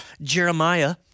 Jeremiah